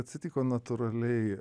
atsitiko natūraliai